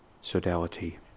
Sodality